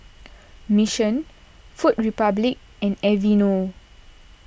Mission Food Republic and Aveeno